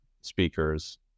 speakers